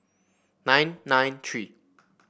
nine nine three